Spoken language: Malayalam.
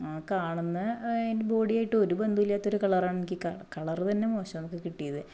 ആ കാണുന്ന അതിൻ്റെ ബോഡിയായിട്ട് ഒരു ബന്ധവും ഇല്ലാത്ത ഒരു കളർ ആണ് കളർ തന്നെ മോശമാണ് കിട്ടിയത്